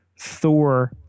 Thor